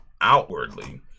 outwardly